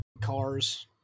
Cars